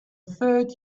third